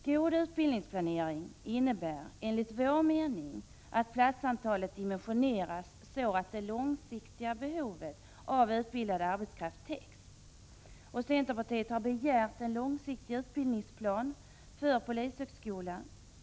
God utbildningsplanering innebär enligt vår mening att platsantalet dimensioneras så att det långsiktiga behovet av utbildad arbetskraft täcks. Vi i centerpartiet har begärt en långsiktig utbildningsplan för polishögskolan.